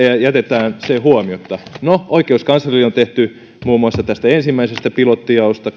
jätetään se huomiotta no oikeuskanslerille on tehty muun muassa tästä ensimmäisestä pilottijaosta